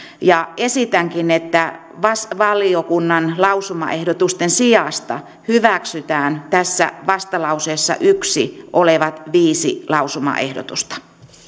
esitänkin että valiokunnan lausumaehdotusten sijasta hyväksytään tässä vastalauseessa olevat viisi lausumaehdotusta